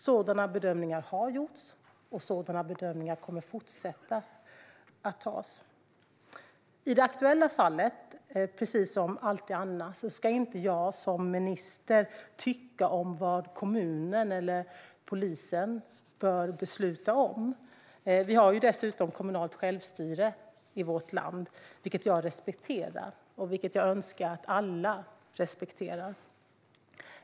Sådana bedömningar har gjorts, och sådana bedömningar kommer att fortsätta att göras. I det aktuella fallet, precis som alltid annars, ska inte jag som minister tycka om vad kommunen eller polisen bör besluta om. Vi har dessutom kommunalt självstyre i vårt land, vilket jag respekterar och vilket jag önskar att alla skulle respektera.